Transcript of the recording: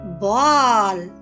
Ball